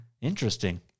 Interesting